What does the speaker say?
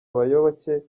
abayoboke